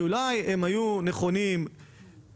שאולי הם היו נכונים קודם,